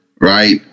right